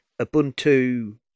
ubuntu